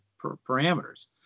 parameters